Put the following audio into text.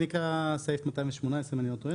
זה נקרא סעיף 218 אם אני לא טועה,